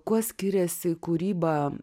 kuo skiriasi kūryba